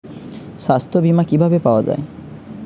সাস্থ্য বিমা কি ভাবে পাওয়া যায়?